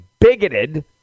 bigoted